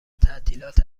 تعطیلات